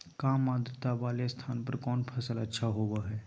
काम आद्रता वाले स्थान पर कौन फसल अच्छा होबो हाई?